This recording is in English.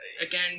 Again